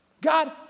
God